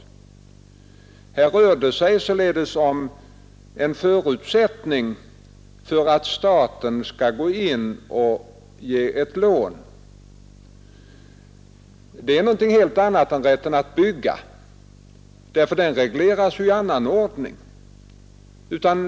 Här rör det sig således om en förutsättning för att staten skall gå in och ge ett lån. Det är någonting helt annat än rätten att bygga, eftersom den regleras i annan ordning.